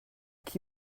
qui